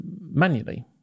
manually